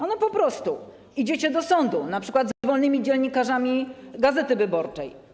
Ano po prostu idziecie do sądu, na przykład z wolnymi dziennikarzami „Gazety Wyborczej”